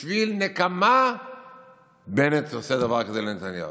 בשביל נקמה בנט עושה דבר כזה לנתניהו.